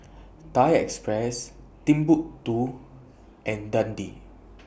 Thai Express Timbuk two and Dundee